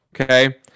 Okay